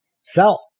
sell